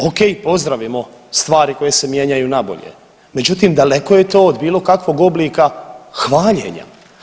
Ok, pozdravimo stvari koje se mijenjaju nabolje, međutim daleko je to od bilo kakvog oblika hvaljenja.